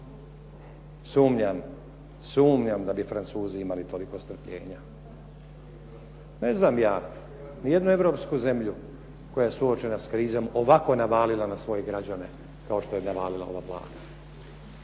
Sumnjam, sumnjam da bi Francuzi imali toliko strpljenja. Ne znam ja ni jednu europsku zemlju koja je suočena s krizom ovako navalila na svoje građane kao što je navalila ova Vlada.